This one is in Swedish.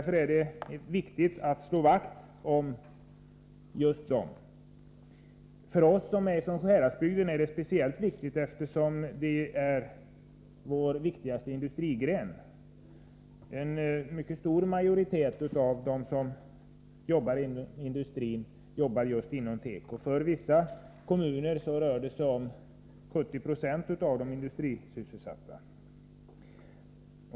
Det är därför viktigt att slå vakt om tekoindustrin. För oss som är från Sjuhäradsbygden är det speciellt väsentligt, eftersom det är vår viktigaste industrigren. En mycket stor majoritet av dem som arbetar i industrin i detta område arbetar just inom tekobranschen. För vissa kommuner rör det sig om 70 96 av de industrisysselsatta.